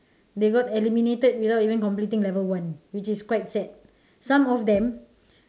they got eliminated without even completing level one which is quite sad some of them